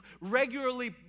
regularly